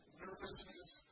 nervousness